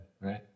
right